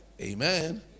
Amen